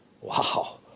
Wow